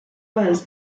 was